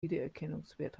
wiedererkennungswert